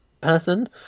person